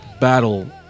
battle